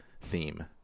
theme